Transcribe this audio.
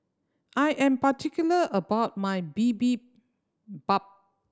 I am particular about my Bibimbap